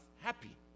happy